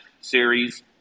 series